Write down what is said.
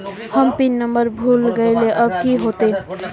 हम pin number भूल गलिऐ अब की होते?